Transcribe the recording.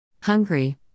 Hungry